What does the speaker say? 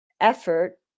effort